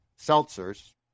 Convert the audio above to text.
seltzers